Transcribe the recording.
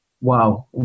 wow